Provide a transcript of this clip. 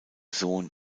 sohn